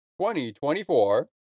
2024